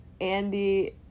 Andy